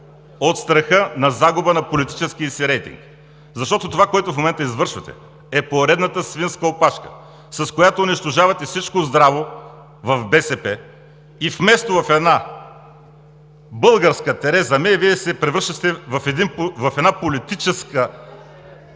от страха за загуба на политическия си рейтинг. Защото това, което в момента извършвате, е поредната „свинска опашка“, с която унищожавате всичко здраво в БСП и вместо в една българска Тереза Мей, Вие се превръщате в една политическа Анита